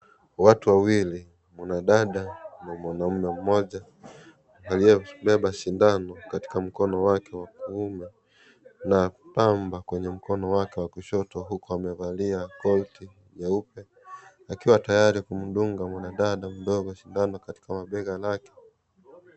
Watu wawili, mwanadada na mwanaume moja aliyebeba sindano katika mkono wake wa kuume na bamba kwenye mkono wake wa kushoto na amevalia koti nyeupe akiwa tayari kumdunga mwanadada mdogo sindano katika bega lake.